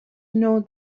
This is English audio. know